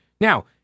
Now